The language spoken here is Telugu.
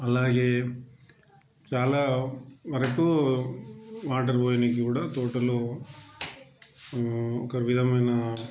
అలాగే చాలా వరకు వాటర్ పోయడానీకి కూడా తోటలో ఒక విధమైన